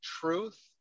truth